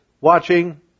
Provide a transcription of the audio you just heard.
watching